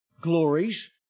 glories